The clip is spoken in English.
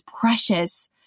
precious